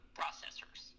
processors